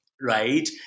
right